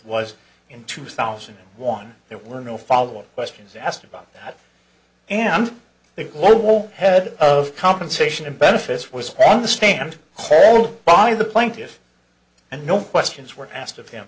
was in two thousand and one there were no follow up questions asked about that and the global head of compensation and benefits was on the stand hold by the plaintiff and no questions were asked